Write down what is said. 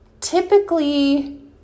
Typically